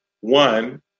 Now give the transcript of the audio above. one